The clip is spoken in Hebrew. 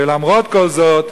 ולמרות כל זאת,